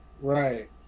Right